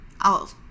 I'll-